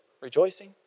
rejoicing